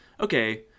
okay